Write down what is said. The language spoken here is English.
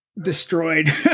destroyed